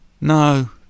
no